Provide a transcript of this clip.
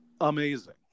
amazing